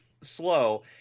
slow